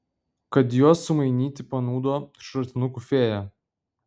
kad juos sumainyti panūdo šratinukų fėja